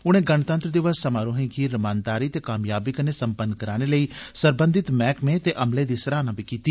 उनें गणतंत्र दिवस समारोह गी रमानदारी ते कामयाबी कन्नै सम्पन्न कराने लेई सरबंधत मैह्कमें ते अमले दी सराह्ना कीती